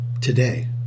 Today